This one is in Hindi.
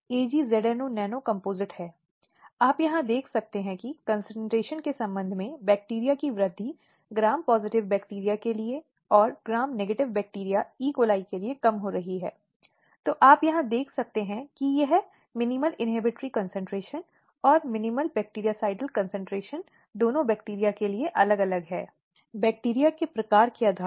स्लाइड समय देखें 0509 2012 के फैसले में नरेंद्र कुमार बनाम राज्य में आगे बढ़ते हुए अदालत ने कहा कि शिथिल नैतिकता और आसान गुण की महिला को भी अपनी गरिमा की रक्षा करने का अधिकार है